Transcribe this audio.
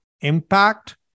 impact